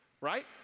right